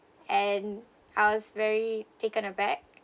and I was very taken aback